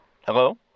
Hello